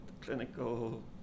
clinical